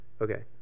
Okay